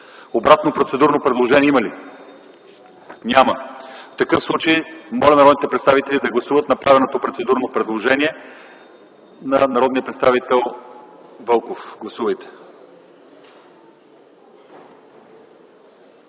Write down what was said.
Обратно процедурно предложение има ли? Няма. Моля народните представители да гласуват направеното процедурно предложение от народния представител Вълков. Гласували